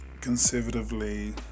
conservatively